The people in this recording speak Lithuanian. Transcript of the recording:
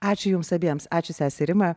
ačiū jums abiems ačiū sese rima